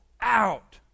out